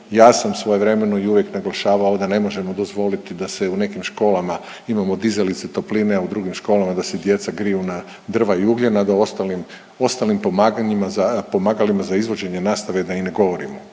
Ja sam svojevremeno i uvijek naglašavao da ne možemo dozvoli da se u nekim školama imamo dizalice topline, a u drugim školama da se djeca griju na drva i ugljen, a da ostalim o ostalim pomaganjima, pomagalima za izvođenje nastave i ne govorimo.